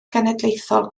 genedlaethol